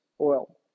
oil